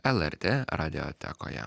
lrt radiotekoje